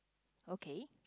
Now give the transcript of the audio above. okay